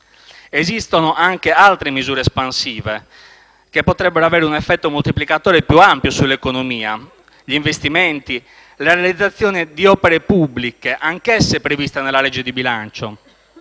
Esistono anche altre misure espansive che potrebbero avere un effetto moltiplicatore più ampio sull'economia: gli investimenti, la realizzazione di opere pubbliche - anch'esse previste nella legge di bilancio,